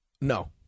No